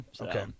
Okay